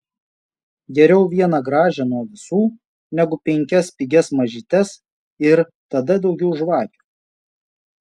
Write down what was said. geriau vieną gražią nuo visų negu penkias pigias mažytes ir tada daugiau žvakių